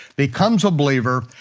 becomes a believer,